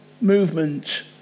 movement